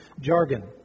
jargon